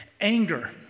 Anger